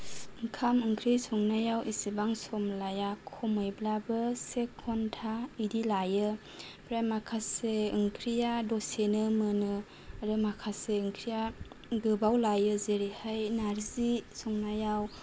ओंखाम ओंख्रि संनायाव इसिबां सम लाया खमैब्लाबो से घण्टा इदि लायो ओमफ्राय माखासे ओंख्रिया दसेनो मोनो आरो माखासे ओंख्रिया गोबाव लायो जेरैहाय नारजि संनायाव